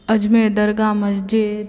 अजमेर दरगाह मस्जिद